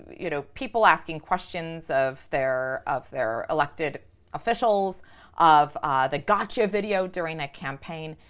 you know, people asking questions of their of their elected officials of the gotcha video during a campaign.